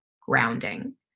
grounding